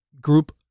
group